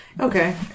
okay